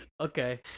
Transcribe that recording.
okay